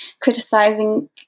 criticizing